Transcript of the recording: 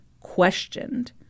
questioned